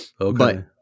okay